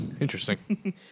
Interesting